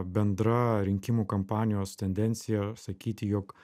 bendra rinkimų kampanijos tendencija sakyti jog